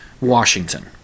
Washington